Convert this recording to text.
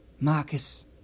Marcus